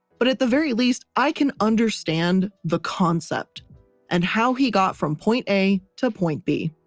but at the very least i can understand the concept and how he got from point a to point b.